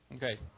Okay